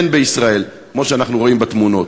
כמו שאנחנו רואים בתמונות,